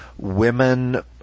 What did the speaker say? women